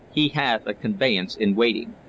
he had a conveyance in waiting.